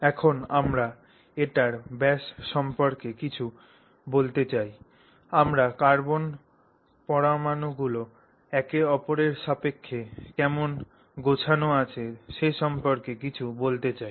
এখন আমরা এটির ব্যাস সম্পর্কে কিছু বলতে চাই আমরা কার্বন পরমাণুগুলি একে অপরের সাপেক্ষে কেমন গোছানো আছে সে সম্পর্কে কিছু বলতে চাই